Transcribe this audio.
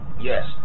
Yes